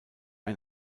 ein